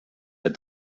der